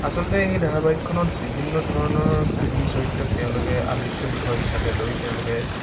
আচলতে সেই ধাৰাবাহিকখনত বিভিন্ন ধৰণৰ কাহিনী চৰিত্ৰক তেওঁলোকে আলোচ্য বিষয় হিচাপে লৈ তেওঁলোকে